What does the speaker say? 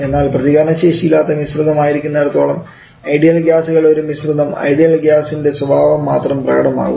എന്നാൽ പ്രതികരണശേഷിയില്ലാത്ത മിശ്രിതം ആയിരിക്കുന്നിടത്തോളം ഐഡിയൽ ഗ്യാസ് കളുടെ ഒരു മിശ്രിതം ഐഡിയൽ ഗ്ലാസിൻറെ സ്വഭാവം മാത്രം പ്രകടമാകും